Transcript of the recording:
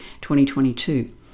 2022